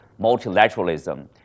multilateralism